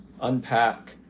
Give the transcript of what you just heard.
unpack